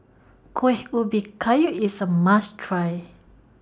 Kuih Ubi Kayu IS A must Try